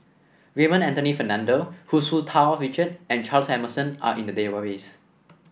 Raymond Anthony Fernando Hu Tsu Tau Richard and Charles Emmerson are in the database